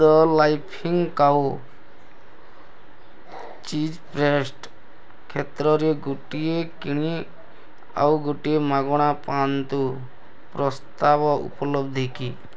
ଦ laughing cow cheese spread କ୍ଷେତ୍ରରେ ଗୋଟିଏ କିଣି ଆଉ ଗୋଟିଏ ମାଗଣା ପାଆନ୍ତୁ ପ୍ରସ୍ତାବ ଉପଲବ୍ଧି କି